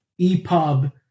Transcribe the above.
EPUB